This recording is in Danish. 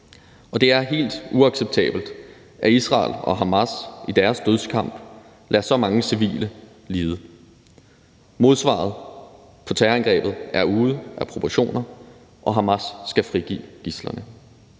og det er helt uacceptabelt, at Israel og Hamas i deres dødskamp lader så mange civile lide. Modsvaret på terrorangrebet er ude af proportioner, og Hamas skal frigive gidslerne.